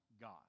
God